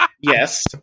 Yes